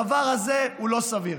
הדבר הזה הוא לא סביר.